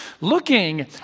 Looking